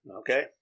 okay